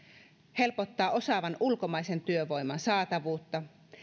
helpottaa osaavan ulkomaisen työvoiman saatavuutta